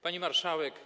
Pani Marszałek!